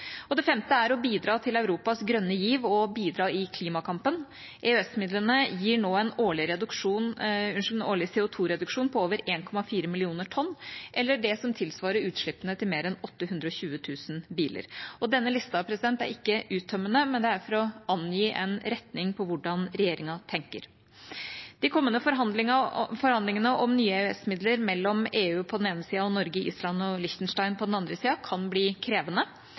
Det femte er å bidra til Europas grønne giv og bidra i klimakampen. EØS-midlene gir nå en årlig CO 2 -reduksjon på over 1,4 millioner tonn, eller det som tilsvarer utslippene til mer enn 820 000 biler. Denne lista er ikke uttømmende, men den angir en retning for hvordan regjeringa tenker. De kommende forhandlingene om nye EØS-midler mellom EU på den ene siden og Norge, Island og Liechtenstein på den andre siden kan bli krevende.